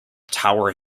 tower